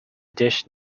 dish